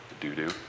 Do-do